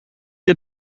ihr